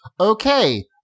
Okay